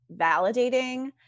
validating